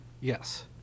Yes